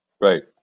Right